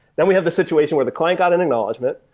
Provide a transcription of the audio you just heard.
then we have the situation where the client got an acknowledgment,